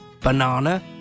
banana